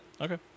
Okay